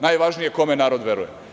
Najvažnije je kome narod veruje.